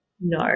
no